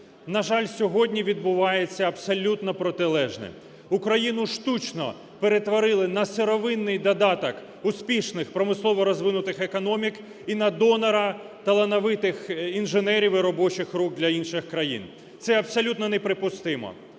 На жаль, сьогодні відбувається абсолютно протилежне. Україну штучно перетворили на сировинний додаток успішних промислово розвинутих економік і на донора талановитих інженерів і робочих рук для інших країн. Це абсолютно неприпустимо.